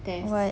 what